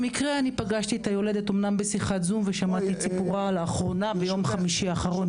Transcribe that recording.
במקרה פגשתי יולדת בשיחת זום ושמעתי את סיפורה מיום חמישי האחרון.